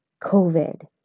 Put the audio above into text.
COVID